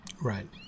Right